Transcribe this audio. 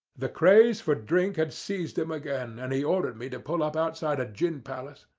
the craze for drink had seized him again, and he ordered me to pull up outside a gin palace.